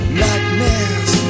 nightmares